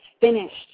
finished